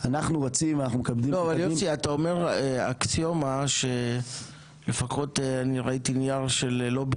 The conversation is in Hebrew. אתה אומר אקסיומה שלפחות אני ראיתי נייר של לובי